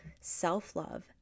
self-love